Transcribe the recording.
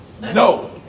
No